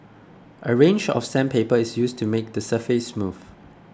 a range of sandpaper is used to make the surface smooth